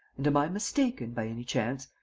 and am i mistaken, by any chance?